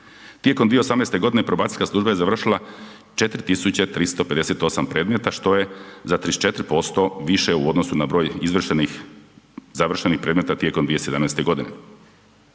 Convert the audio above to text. Tijekom 2018. probacijska služba je završila 4358 predmeta što je za 34% više u odnosu na broj izvršenih, završenih predmeta tijekom 2017. godine.